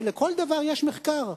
שלכל דבר יש מחקר.